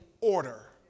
order